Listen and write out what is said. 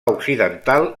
occidental